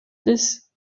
this